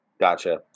Gotcha